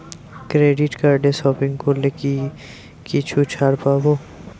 Credit কার্ডে shopping করলে কি কিছু ছাড় পাব?